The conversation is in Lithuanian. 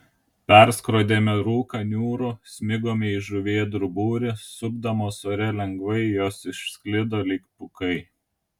perskrodėme rūką niūrų smigome į žuvėdrų būrį supdamos ore lengvai jos išsklido lyg pūkai